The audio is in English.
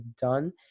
done